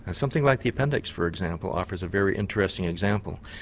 and something like the appendix, for example, offers a very interesting example.